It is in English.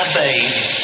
baby